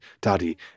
daddy